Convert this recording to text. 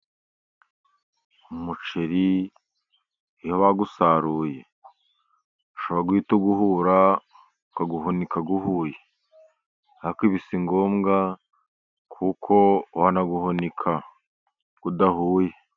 Umuceri iyo bawusaruye ushobora guhita uwuhura, ukawuhunika uhuye ariko ibi si ngombwa kuko wanawuhunika udahuye.